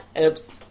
Oops